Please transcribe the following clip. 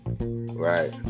Right